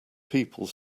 people